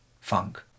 funk